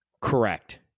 Correct